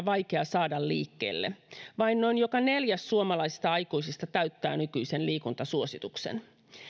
vaikea saada liikkeelle vain noin joka neljäs suomalaisista aikuisista täyttää nykyisen liikuntasuosituksen